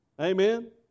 Amen